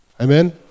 amen